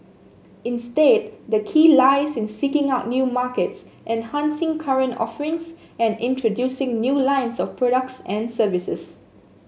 instead the key lies in seeking out new markets enhancing current offerings and introducing new lines of products and services